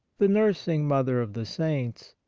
the nursing mother of the saints,